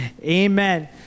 amen